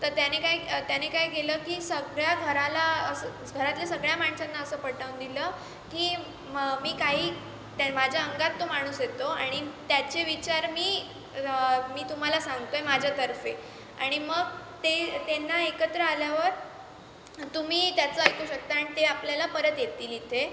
तर त्याने काय त्याने काय केलं की सगळ्या घराला घरातल्या सगळ्या माणसांना असं पटवून दिलं की मग मी काही त्या माझ्या अंगात तो माणूस येतो आणि त्याचे विचार मी र मी तुम्हाला सांगतो आहे माझ्यातर्फे आणि मग ते त्यांना एकत्र आल्यावर तुम्ही त्याचं ऐकू शकता आणि ते आपल्याला परत येतील इथे